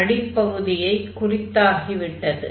அடிப்பகுதியைக் குறித்தாகி விட்டது